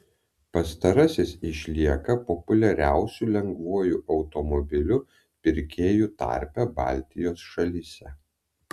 pastarasis išlieka populiariausiu lengvuoju automobiliu pirkėjų tarpe baltijos šalyse